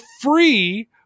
free